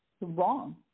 wrong